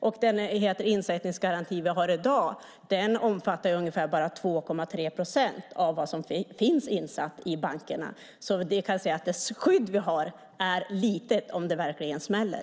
Och den insättningsgaranti vi har i dag omfattar bara ungefär 2,3 procent av det som finns insatt i bankerna, så det skydd vi har är litet om det verkligen smäller.